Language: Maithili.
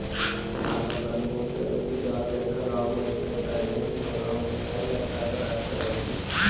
हम अपन मूंग के उपजा के खराब होय से पहिले ही गोदाम में कहिया तक रख सके छी?